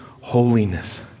holiness